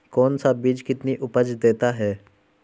कौन सा बीज कितनी उपज देता है?